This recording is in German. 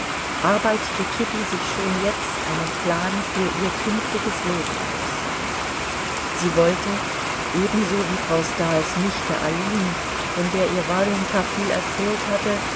arbeitete kitty sich schon jetzt einen plan für ihr künftiges leben aus sie wollte ebenso wie frau stahls nichte aline von der ihr warjenka viel erzählt hatte